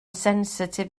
sensitif